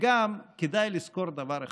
וגם כדאי לזכור דבר אחד: